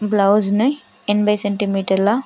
బ్లౌజుని ఎనభై సెంటిమీటర్ల